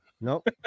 Nope